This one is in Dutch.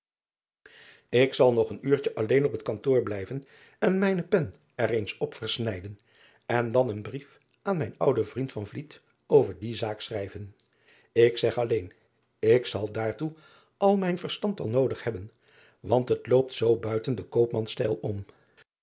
k zal nog een uurtje alleen op het kantoor blijven en mijne pen er eens op versnijden en dan een brief aan mijn ouden vriend over die zaak schrijven k zeg alleen ik zal daartoe al mijn verstand wel noodig hebben want het loopt zoo buiten den koopmans stijl om